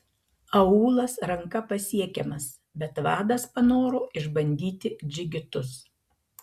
aūlas ranka pasiekiamas bet vadas panoro išbandyti džigitus